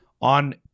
on